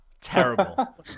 Terrible